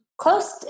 close